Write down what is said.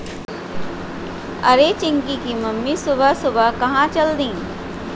अरे चिंकी की मम्मी सुबह सुबह कहां चल दी?